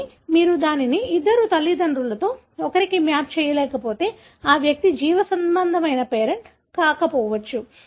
కానీ మీరు దానిని ఇద్దరు తల్లిదండ్రులలో ఒకరికి మ్యాప్ చేయలేకపోతే ఆ వ్యక్తి జీవసంబంధమైన పేరెంట్ కాకపోవచ్చు